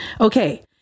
Okay